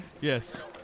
Yes